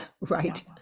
right